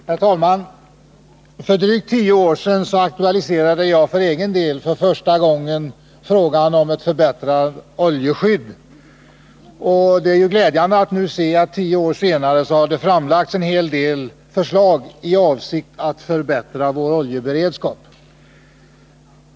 Herr talman! För drygt tio år sedan aktualiserade jag för egen del för första gången frågan om ett förbättrat oljeskydd. Det är glädjande att se att det nu tio år senare har framlagts en hel del förslag i avsikt att förbättra vår oljeberedskap.